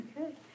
Okay